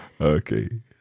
Okay